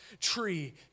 tree